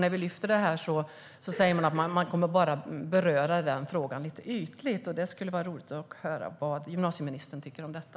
När vi lyfter upp detta säger man att detta bara kommer att beröras lite ytligt. Det skulle vara roligt att höra vad gymnasieministern tycker om detta.